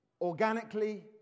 organically